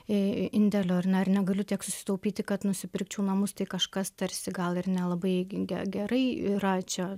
ė indėlio ar ne ir negaliu tiek susitaupyti kad nusipirkčiau namus tai kažkas tarsi gal ir nelabai ge ge gerai yra čia